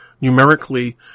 numerically